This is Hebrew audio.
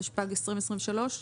התשפ"ג-2023.